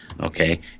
Okay